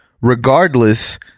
regardless